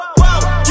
whoa